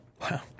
Wow